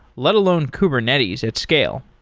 let alone kubernetes at scale.